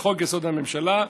לחוק-יסוד: הממשלה,